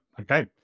Okay